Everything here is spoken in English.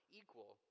equal